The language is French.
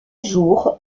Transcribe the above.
jour